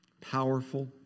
powerful